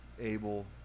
Abel